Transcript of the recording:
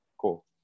Cool